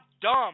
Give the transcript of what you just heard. dumb